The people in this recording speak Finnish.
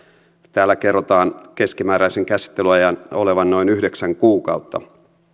täällä kerrotaan keskimääräisen käsittelyajan olevan noin yhdeksän kuukautta